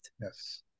Yes